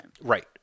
right